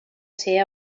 ser